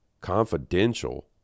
Confidential